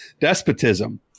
despotism